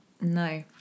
no